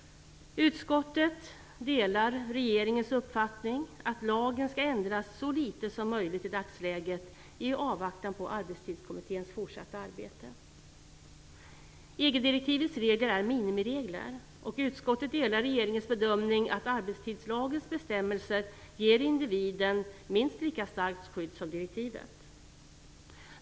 Utskottet delar regeringens uppfattning om att lagen skall ändras så litet som möjligt i dagsläget, i avvaktan på Arbetstidskommitténs fortsatta arbete. EG-direktivets regler är minimiregler. Utskottet delar regeringens bedömning om att arbetstidslagens bestämmelser ger individen minst lika starkt skydd som direktivet gör.